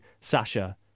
Sasha